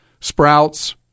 Sprouts